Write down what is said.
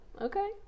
okay